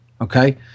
okay